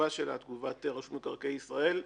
בתגובה שלה, תגובת רשות מקרקעי ישראל,